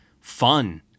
fun